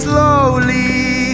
Slowly